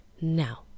now